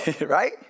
right